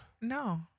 No